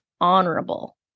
honorable